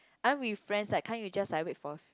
aren't we friends like can't you just like wait for